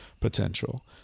potential